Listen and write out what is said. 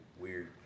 weird